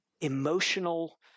emotional